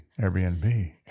airbnb